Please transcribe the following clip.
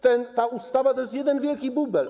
Ta ustawa to jest jeden wielki bubel.